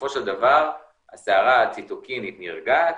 בסופו של דבר הסערה הציטוקינית נרגעת,